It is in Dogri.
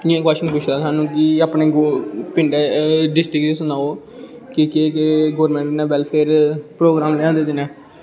एह् क्वश्चन पुच्छे दा स्हानू कि अपने पिंडा डिस्टिक दी सनाओ कि केह् केह् गौरमैंट नै बैल्फेयर प्रोगराम लेआंदे दे नै